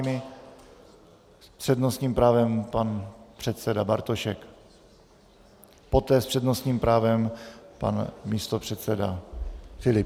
S přednostním právem pan předseda Bartošek a poté s přednostním právem pan místopředseda Filip.